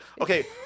Okay